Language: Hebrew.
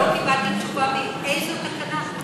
אני לא קיבלתי תשובה מאיזו תקנה.